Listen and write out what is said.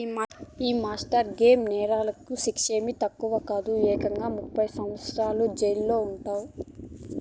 ఈ mortgage నేరాలకి శిచ్చేమీ తక్కువ కాదులే, ఏకంగా ముప్పై సంవత్సరాల జెయిలంట